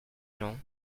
gens